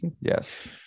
Yes